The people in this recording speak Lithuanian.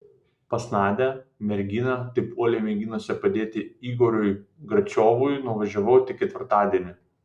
pas nadią merginą taip uoliai mėginusią padėti igoriui gračiovui nuvažiavau tik ketvirtadienį